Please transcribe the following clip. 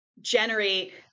generate